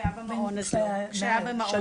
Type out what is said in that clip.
כשהיה במעון אז לא.